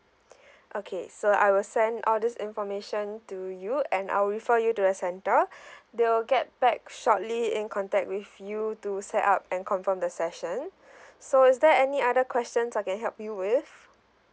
okay so I will send all this information to you and I will refer you to the centre they will get back shortly in contact with you to set up and confirm the session so is there any other questions I can help you with